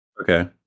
Okay